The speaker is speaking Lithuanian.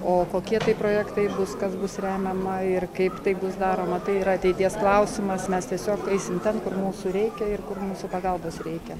o kokie tai projektai bus kas bus remiama ir kaip tai bus daroma tai yra ateities klausimas mes tiesiog eisim ten kur mūsų reikia ir kur mūsų pagalbos reikia